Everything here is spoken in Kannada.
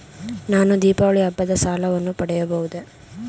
ನಾನು ದೀಪಾವಳಿ ಹಬ್ಬದ ಸಾಲವನ್ನು ಪಡೆಯಬಹುದೇ?